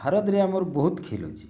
ଭାରତ୍ରେ ଆମର୍ ବହୁତ୍ ଖେଲ୍ ଅଛି